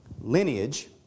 lineage